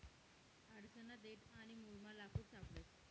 आडसना देठ आणि मुयमा लाकूड सापडस